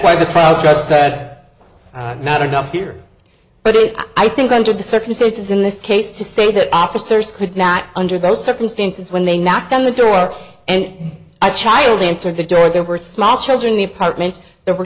why the crowds outside not enough here but i think under the circumstances in this case to say that officers could not under those circumstances when they knocked on the door and i child answered the door there were small children the apartments there were